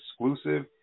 exclusive